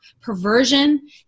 perversion